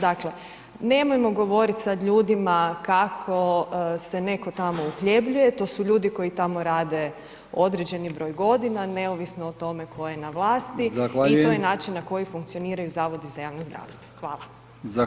Dakle, nemojmo govorit sad ljudima kako se netko tamo uhljebljuje to su ljudi koji tamo rade određeni broj godina neovisno o tome tko je na vlasti [[Upadica: Zahvaljujem.]] i to je način na koji funkcioniraju zavodi za javno zdravstvo.